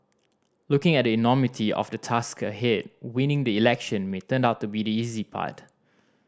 looking at the enormity of the task ahead winning the election may turn out to be the easy part